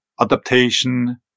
adaptation